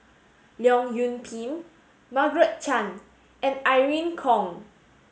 Leong Yoon Pin Margaret Chan and Irene Khong